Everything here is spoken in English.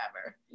forever